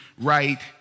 right